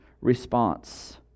response